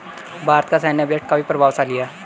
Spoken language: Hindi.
भारत का सैन्य बजट काफी प्रभावशाली है